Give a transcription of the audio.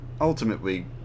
ultimately